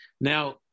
Now